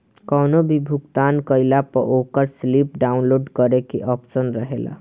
कवनो भी भुगतान कईला पअ ओकर स्लिप डाउनलोड करे के आप्शन रहेला